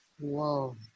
Whoa